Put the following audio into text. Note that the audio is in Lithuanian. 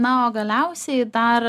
na o galiausiai dar